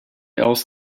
else